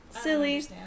silly